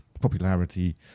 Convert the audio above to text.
popularity